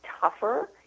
tougher